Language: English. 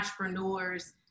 entrepreneurs